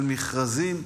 על מכרזים.